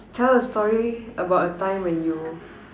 tell a story about a time when you